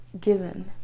given